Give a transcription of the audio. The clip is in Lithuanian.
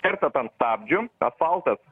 kertat ant stabdžių asfaltas